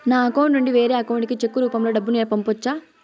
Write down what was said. నా అకౌంట్ నుండి వేరే అకౌంట్ కి చెక్కు రూపం లో డబ్బును పంపొచ్చా?